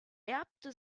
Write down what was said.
erbte